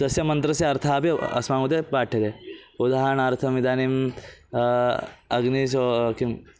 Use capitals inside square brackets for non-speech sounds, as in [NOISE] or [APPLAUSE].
तस्य मन्त्रस्य अर्थः अपि अस्मा [UNINTELLIGIBLE] ते पाठ्यते उदाहरणार्थम् इदानीं अग्निषो किं